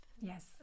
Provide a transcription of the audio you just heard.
Yes